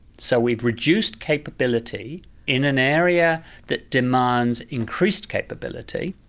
so we've reduced capability in an area that demands increased capability,